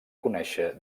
conèixer